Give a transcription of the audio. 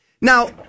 Now